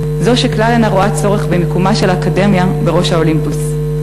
זו שכלל אינה רואה צורך במיקומה של האקדמיה בראש האולימפוס,